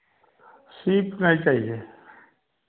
ठीक प्राइज है यह